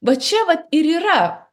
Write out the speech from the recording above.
va čia va ir yra